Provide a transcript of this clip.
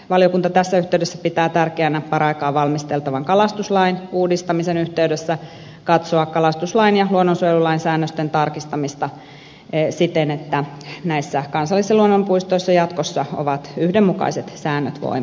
valiokunta tässä yhteydessä pitää tärkeänä paraikaa valmisteltavan kalastuslain uudistamisen yhteydessä katsoa kalastuslain ja luonnonsuojelulain säännösten tarkistamista siten että näissä kansallis ja luonnonpuistoissa jatkossa ovat yhdenmukaiset säännöt voimassa